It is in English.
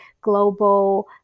global